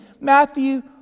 Matthew